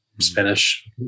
spanish